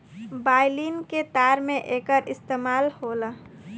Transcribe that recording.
violin के तार में एकर इस्तेमाल होला